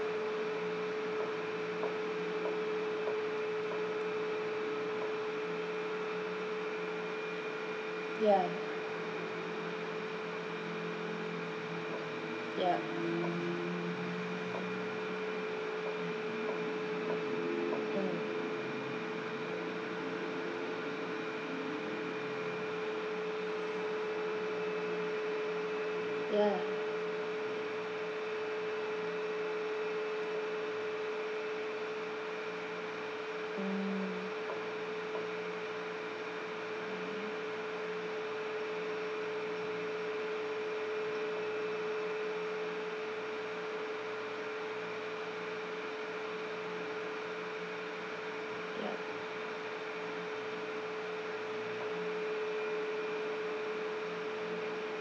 yeah yup mm yeah mm yup